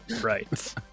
Right